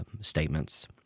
statements